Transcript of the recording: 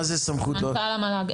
מנהל המל"ג.